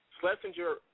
Schlesinger